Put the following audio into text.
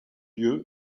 lieu